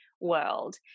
world